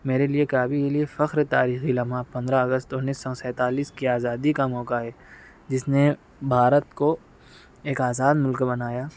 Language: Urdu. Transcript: ميرے ليے قابلِ فخر تاريخى لمحہ پندرہ اگست انيس سو سینتالیس کی آزادى كا موقعہ ہے جس نے بھارت کو ایک آزاد ملک بنایا